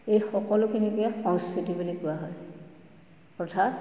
এই সকলোখিনিকে সংস্কৃতি বুলি কোৱা হয় অৰ্থাৎ